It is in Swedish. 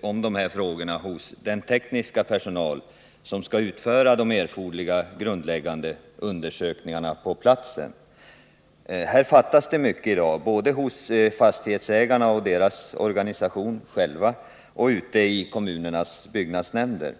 om dessa frågor hos den tekniska personal som skall utföra de erforderliga grundläggande undersökningarna på platsen. Här fattas det mycket i dag, både hos fastighetsägarna själva, hos deras organisation och ute i kommunernas byggnadsnämnder.